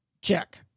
check